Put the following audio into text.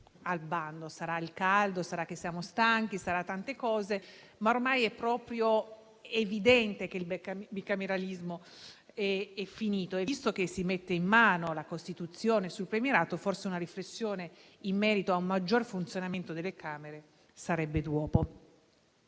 Sarà il caldo, sarà che siamo stanchi, saranno tante cose, ma ormai è proprio evidente che il bicameralismo è finito. E, visto che si mette mano alla Costituzione con il premierato, forse una riflessione in merito a un maggior funzionamento delle Camere sarebbe d'uopo.